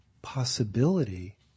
possibility